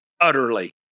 utterly